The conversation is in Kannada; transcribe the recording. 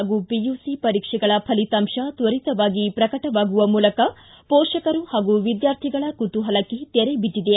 ಹಾಗೂ ಪಿಯುಸಿ ಪರೀಕ್ಷೆಗಳ ಫಲಿತಾಂಶ ತ್ವರಿತವಾಗಿ ಪ್ರಕಟವಾಗುವ ಮೂಲಕ ಪೋಷಕರು ಹಾಗೂ ವಿದ್ಯಾರ್ಥಿಗಳ ಕುತೂಹಲಕ್ಕೆ ತೆರೆ ಬಿದ್ದಿದೆ